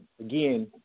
Again